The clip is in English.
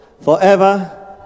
forever